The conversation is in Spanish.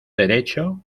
derecho